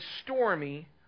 stormy